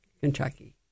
Kentucky